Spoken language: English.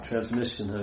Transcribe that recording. Transmission